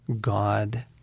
God